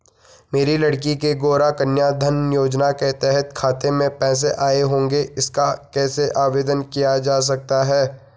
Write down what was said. मेरी लड़की के गौंरा कन्याधन योजना के तहत खाते में पैसे आए होंगे इसका कैसे आवेदन किया जा सकता है?